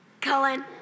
Cullen